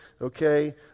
okay